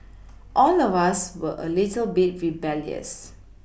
all of us were a little bit rebellious